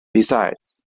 besides